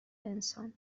انسان